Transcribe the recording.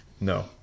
no